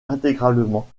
intégralement